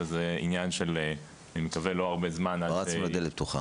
וזה לא עניין של הרבה זמן עד שיקרה